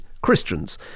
Christians